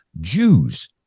Jews